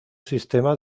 sistema